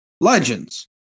legends